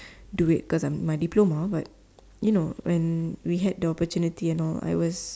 do it cause I'm my diploma but you know when we had the opportunity and all I was